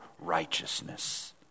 righteousness